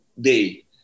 day